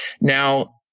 now